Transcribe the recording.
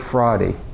Friday